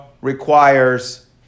requires